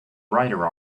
rider